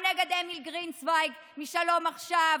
גם נגד אמיל גרינצווייג משלום עכשיו,